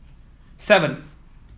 seven